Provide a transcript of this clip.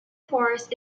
forest